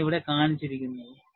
അതാണ് ഇവിടെ കാണിച്ചിരിക്കുന്നത്